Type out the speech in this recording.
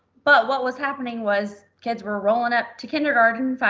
but what was happening was kids were rolling up to kindergarten,